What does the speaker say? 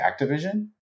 Activision